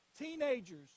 teenagers